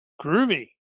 Groovy